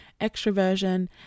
extroversion